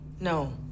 No